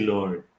Lord